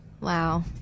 Wow